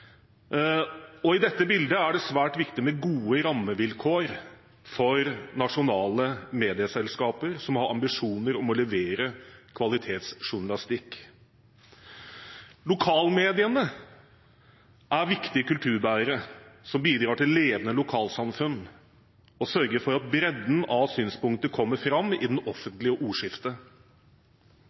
I dette bildet er det svært viktig med gode rammevilkår for nasjonale medieselskaper som har ambisjoner om å levere kvalitetsjournalistikk. Lokalmediene er viktige kulturbærere, som bidrar til levende lokalsamfunn, og sørger for at bredden av synspunkter kommer fram i det offentlige ordskiftet.